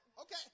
Okay